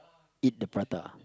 eat the prata